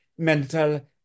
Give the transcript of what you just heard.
Mental